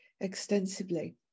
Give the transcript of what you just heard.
extensively